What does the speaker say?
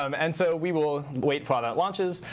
um and so we will wait while that launches.